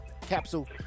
Capsule